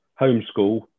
homeschool